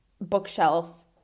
bookshelf